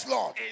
Lord